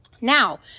Now